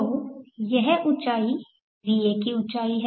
तो यह ऊँचाई va की ऊँचाई है